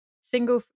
single